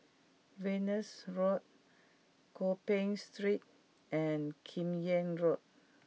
Venus Road Gopeng Street and Kim Yam Road